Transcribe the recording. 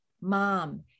mom